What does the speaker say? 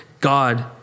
God